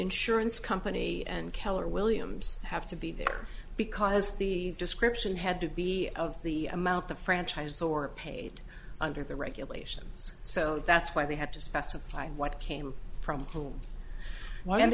insurance company and keller williams have to be there because the description had to be of the amount the franchise or paid under the regulations so that's why they had to specify what came from whom